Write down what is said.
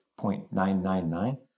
0.999